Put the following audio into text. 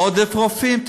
עודף רופאים?